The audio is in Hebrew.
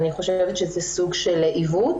אני חושבת שזה סוג של עיוות